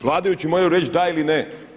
Vladajući moraju reći da ili ne.